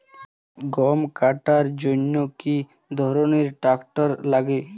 গম কাটার জন্য কি ধরনের ট্রাক্টার লাগে?